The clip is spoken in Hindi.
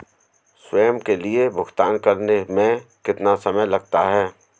स्वयं के लिए भुगतान करने में कितना समय लगता है?